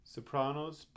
Sopranos